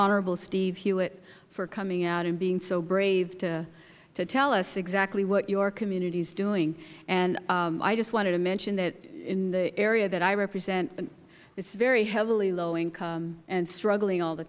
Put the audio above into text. honorable steve hewitt for coming out and being so brave to tell us exactly what your community is doing i just wanted to mention that in the area that i represent it is very heavily low income and struggling all the